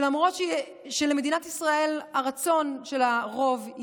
שלמדינת ישראל יהיה